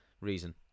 reason